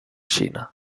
xina